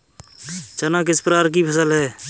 चना किस प्रकार की फसल है?